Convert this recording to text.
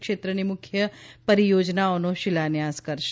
ક્ષેત્રની મુખ્ય પરીયોજનાઓનો શિલાન્યાસ કરશે